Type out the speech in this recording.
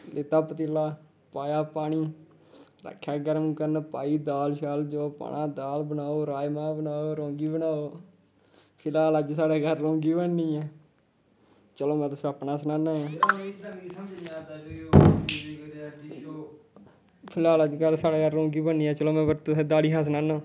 लैत्ता पतीला पाया पानी रक्खेआ गरम करन पाई दाल शाल जो पाना दाल बनाओ राजमाह् बनाओ रौंगी बनाओ फिलहाल अज्ज साढ़े घर रौंगी बननी ऐ चलो में तुसें गी अपना सनाना ऐ फिलहाल अजकल्ल साढ़े घर रौंगी बननी ऐ चलो पर में तुसें दाली सा सनानां